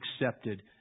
accepted